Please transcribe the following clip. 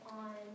on